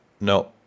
no